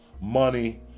money